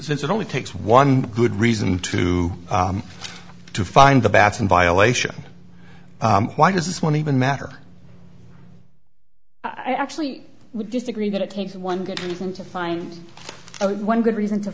since it only takes one good reason to to find the bats in violation why does this one even matter i actually would disagree that it takes one good reason to find one good reason to